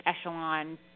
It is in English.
echelon